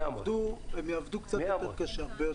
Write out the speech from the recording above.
הם יעבדו הרבה יותר קשה.